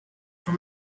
for